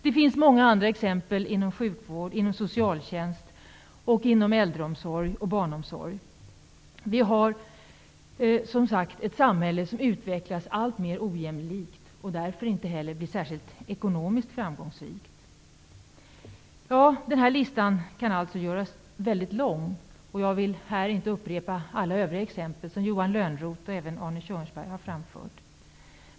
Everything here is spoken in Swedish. Det finns många andra exempel inom sjukvård, inom socialtjänst och inom äldreomsorg och barnomsorg. Vi har som sagt ett samhälle som utvecklas alltmer ojämlikt och därför inte heller blir särskilt ekonomiskt framgångsrikt. Den här listan kan alltså göras mycket lång. Jag vill här inte upprepa alla övriga exempel som Johan Lönnroth och även Arne Kjörnsberg har framfört.